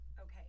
Okay